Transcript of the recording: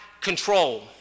control